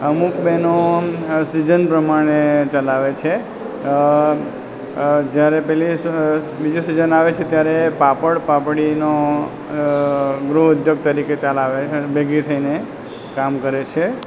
અમુક બેનો સિઝન પ્રમાણે ચલાવે છે જ્યારે પેલી બીજી સિઝન આવે છે ત્યારે પાપડ પાપડીનો ગૃહ ઉદ્યોગ તરીકે ચલાવે છે ભેગી થઈને કામ કરે છે